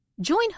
Join